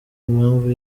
impamvu